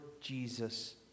Jesus